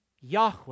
Yahweh